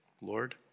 Lord